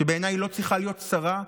שבעיניי לא צריכה להיות שרה,